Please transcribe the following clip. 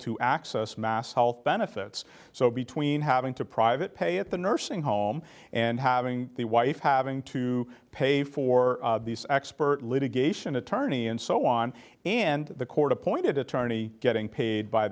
to access mass health benefits so between having to private pay at the nursing home and having the wife having to pay for these expert litigation attorney and so on and the court appointed attorney getting paid by